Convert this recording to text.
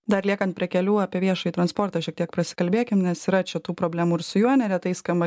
dar liekant prie kelių apie viešąjį transportą šiek tiek prasikalbėkim nes yra čia tų problemų ir su juo neretai skamba